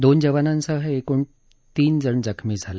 दोन जवानांसह एकूण तीन जण जखमी झाले